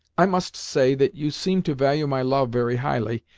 i must say that you seem to value my love very highly,